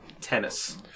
tennis